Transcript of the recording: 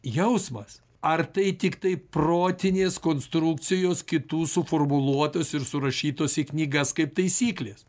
jausmas ar tai tiktai protinės konstrukcijos kitų suformuluotos ir surašytos į knygas kaip taisyklės